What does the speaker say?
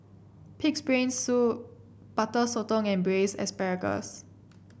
pig's brain soup Butter Sotong and Braised Asparagus